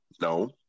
No